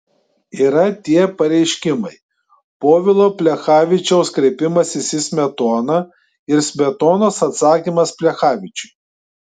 yra tie pareiškimai povilo plechavičiaus kreipimasis į smetoną ir smetonos atsakymas plechavičiui